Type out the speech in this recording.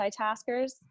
multitaskers